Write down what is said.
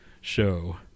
show